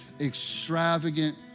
Extravagant